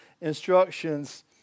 instructions